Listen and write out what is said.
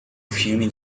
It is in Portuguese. filme